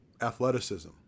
athleticism